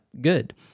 good